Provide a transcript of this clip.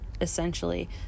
essentially